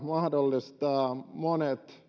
mahdollistaa monet